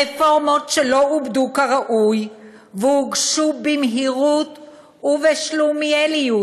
רפורמות שלא עובדו כראוי והוגשו במהירות ובשלומיאליות,